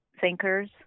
thinkers